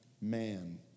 man